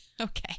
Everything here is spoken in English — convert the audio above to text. Okay